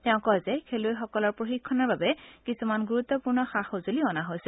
তেওঁ কয় যে খেলুৱৈসকলৰ প্ৰশিক্ষণৰ বাবে কিছুমান গুৰুত্পূৰ্ণ সা সঁজুলি অনা হৈছে